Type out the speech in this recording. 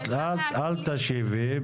אל תשיבי,